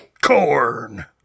Corn